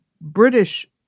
British